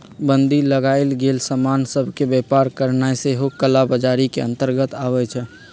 बन्दी लगाएल गेल समान सभ के व्यापार करनाइ सेहो कला बजारी के अंतर्गत आबइ छै